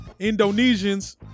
indonesians